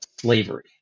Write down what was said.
slavery